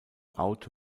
auto